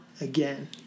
again